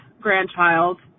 grandchild